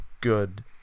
good